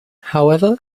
however